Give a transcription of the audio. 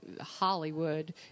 Hollywood